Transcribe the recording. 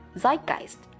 zeitgeist